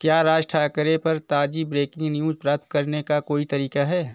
क्या राज ठाकरे पर ताज़ी ब्रेकिंग न्यूज प्राप्त करने का कोई तरीका है